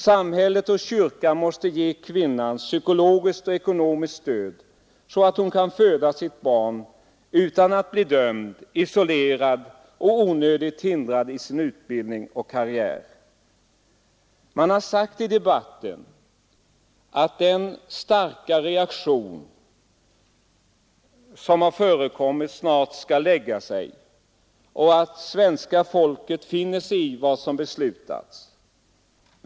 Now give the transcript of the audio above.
Samhället och kyrkan måste ge kvinnan psykologiskt och ekonomiskt stöd så att hon kan föda sitt barn utan att bli dömd, isolerad och onödigt hindrad i sin utbildning och sin karriär. Man har sagt i debatten att den starka reaktion som har framkommit snart lägger sig och att svenska folket finner sig i vad som beslutats.